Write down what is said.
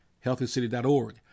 healthycity.org